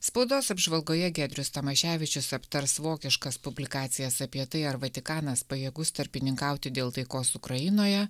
spaudos apžvalgoje giedrius tamaševičius aptars vokiškas publikacijas apie tai ar vatikanas pajėgus tarpininkauti dėl taikos ukrainoje